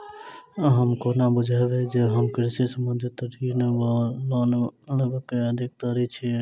हम कोना बुझबै जे हम कृषि संबंधित ऋण वा लोन लेबाक अधिकारी छी?